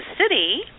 City